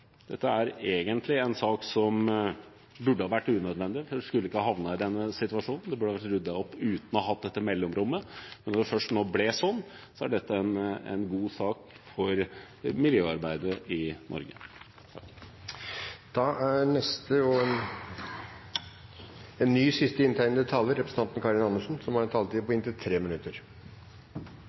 dette er egentlig en sak som burde ha vært unødvendig, vi skulle ikke ha havnet i denne situasjonen. Det burde ha vært ryddet opp uten dette mellomrommet. Når det nå først ble sånn, er dette en god sak for miljøarbeidet i Norge. Som saksordfører for Difi i kommunal- og forvaltningskomiteen synes jeg det er naturlig at jeg også sier noe om dette. Jeg har med stor forundring sett på